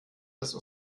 des